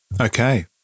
Okay